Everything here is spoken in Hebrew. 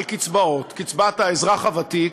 על קצבאות, קצבת אזרח ותיק.